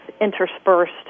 interspersed